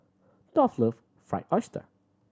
Dolph love Fried Oyster